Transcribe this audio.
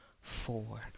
four